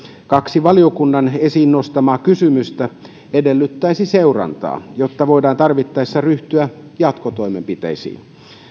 kaksi valiokunnan esiin nostamaa kysymystä edellyttäisi seurantaa jotta voidaan tarvittaessa ryhtyä jatkotoimenpiteisiin